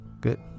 Good